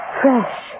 fresh